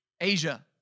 Asia